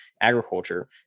agriculture